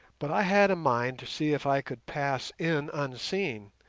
but i had a mind to see if i could pass in unseen,